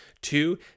Two